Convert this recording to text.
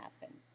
happen